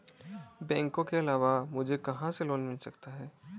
बैंकों के अलावा मुझे कहां से लोंन मिल सकता है?